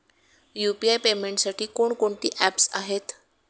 UPI पेमेंटसाठी कोणकोणती apps आहेत?